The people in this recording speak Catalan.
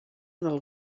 del